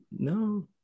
No